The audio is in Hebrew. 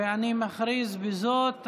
ואני מכריז בזאת על,